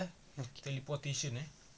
eh